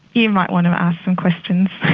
you might want to ask some questions,